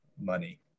money